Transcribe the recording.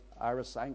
Iris